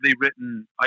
written